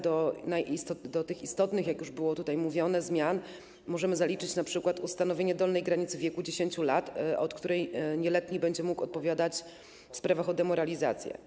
Do tych istotnych, jak już było tutaj mówione, zmian możemy zaliczyć np. ustanowienie dolnej granicy wieku 10 lat, od której nieletni będzie mógł odpowiadać w sprawach o demoralizację.